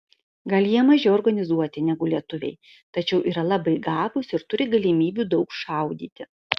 gal jie mažiau organizuoti negu lietuviai tačiau yra labai gabūs ir turi galimybių daug šaudyti